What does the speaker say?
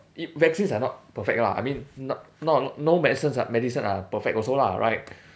it vaccines are not perfect lah I mean not not no medicines are medicine are perfect also lah right